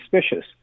suspicious